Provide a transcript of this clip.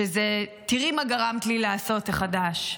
שזה "תראי מה גרמת לי לעשות" החדש.